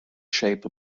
shape